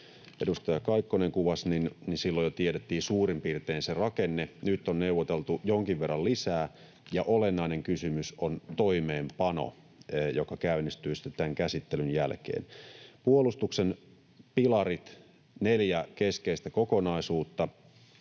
edustaja Kaikkonen kuvasi, silloin jo tiedettiin suurin piirtein se rakenne. Nyt on neuvoteltu jonkin verran lisää, ja olennainen kysymys on toimeenpano, joka käynnistyy sitten tämän käsittelyn jälkeen. Puolustuksen pilarit, neljä keskeistä kokonaisuutta: